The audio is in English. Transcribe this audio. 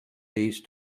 east